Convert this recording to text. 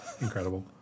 Incredible